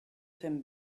them